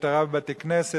משטרה ובתי-כנסת,